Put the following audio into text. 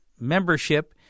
membership